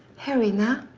heroin huh?